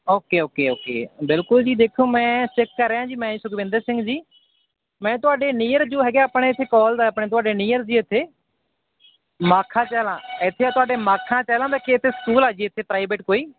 okay okay okay ਬਿਲਕੁਲ ਜੀ ਦੇਖੋ ਮੈਂ ਚੈੱਕ ਕਰ ਰਿਹਾ ਜੀ ਮੈਂ ਸੁਖਵਿੰਦਰ ਸਿੰਘ ਜੀ ਮੈਂ ਤੁਹਾਡੇ ਨੀਅਰ ਜੋ ਹੈਗੇ ਆਪਣੇ ਇੱਥੇ ਕੋਲ ਸ ਆਪਣੇ ਤੁਹਾਡੇ ਨੀਅਰ ਜੀ ਇੱਥੇ ਮਾਖਾਂ ਚਹਿਲਾਂ ਇੱਥੇ ਹੈ ਤੁਹਾਡੇ ਮਾਖਾਂ ਚਹਿਲਾਂ ਤਾਂ ਇੱਥੇ ਇੱਕ ਸਕੂਲ ਆ ਜੀ ਇੱਥੇ ਪ੍ਰਾਈਵੇਟ ਕੋਈ